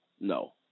No